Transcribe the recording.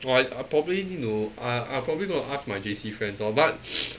oh I I probably need to I'll I'll probably gonna ask my J_C friends orh but